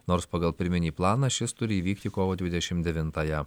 nors pagal pirminį planą šis turi įvykti kovo dvidešim devintąją